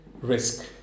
risk